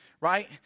Right